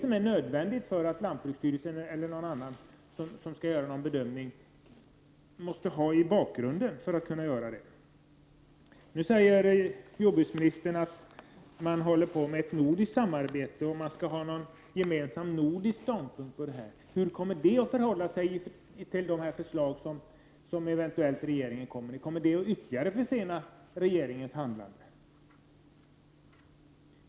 Detta är nödvändigt för lantbruksstyrelsen eller någon annan som skall göra en bedömning att ha i bakgrunden. Nu säger jordbruksministern att det pågår ett nordiskt samarbete och att man skall få fram en nordisk ståndpunkt. Men hur kommer detta arbete att förhålla sig till de förslag som regeringen eventuellt skall lägga fram? Kommer detta att ytterligare försena regeringens handlande?